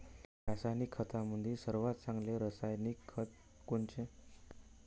रासायनिक खतामंदी सर्वात चांगले रासायनिक खत कोनचे?